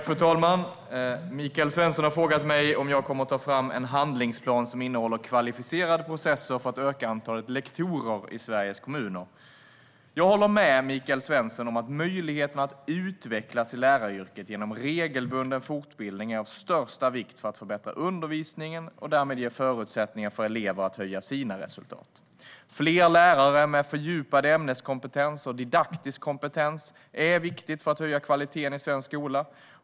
Fru talman! Michael Svensson har frågat mig om jag kommer att ta fram en handlingsplan som innehåller kvalificerade processer för att öka antalet lektorer i Sveriges kommuner. Jag håller med Michael Svensson om att möjligheten att utvecklas i läraryrket genom regelbunden fortbildning är av största vikt för att förbättra undervisningen och därmed ge förutsättningar för elever att höja sina resultat. Fler lärare med fördjupad ämneskompetens och didaktisk kompetens är viktigt för att höja kvaliteten i svensk skola.